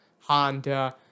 Honda